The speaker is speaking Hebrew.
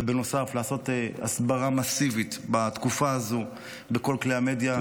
ובנוסף לעשות הסברה מסיבית בתקופה הזאת בכל כלי המדיה,